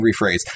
rephrase